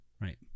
Right